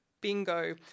Bingo